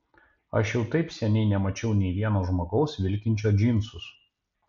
aš jau taip seniai nemačiau nei vieno žmogaus vilkinčio džinsus